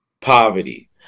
Poverty